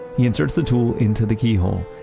he inserts the tool into the keyhole.